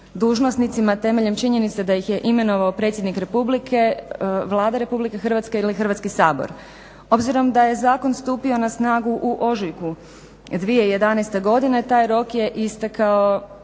dužnosnicima temeljem činjenice da ih je imenovao Predsjednik Republike, Vlada Republike Hrvatske ili Hrvatski sabor. Obzirom da je zakon stupio na snagu u ožujku 2011. godine taj rok je istekao